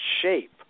shape